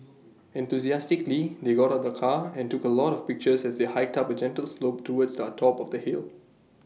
enthusiastically they got out of the car and took A lot of pictures as they hiked up A gentle slope towards our top of the hill